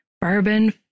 bourbon